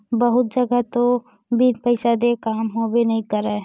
बहुत जघा तो बिन पइसा देय काम होबे नइ करय